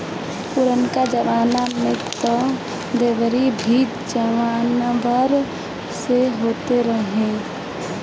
पुरनका जमाना में तअ दवरी भी जानवर से होत रहे